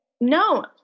No